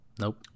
nope